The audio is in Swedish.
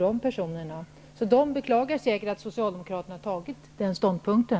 Dessa människor beklagar säkert att Socialdemokraterna har intagit den ståndpunkten.